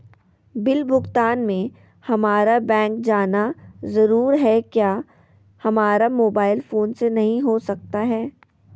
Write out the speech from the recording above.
Bill भुगतान में हम्मारा बैंक जाना जरूर है क्या हमारा मोबाइल फोन से नहीं हो सकता है?